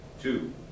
Two